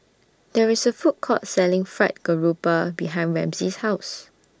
There IS A Food Court Selling Fried Garoupa behind Ramsey's House